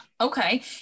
Okay